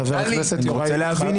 חבר הכנסת יוראי להב הרצנו,